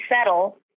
settle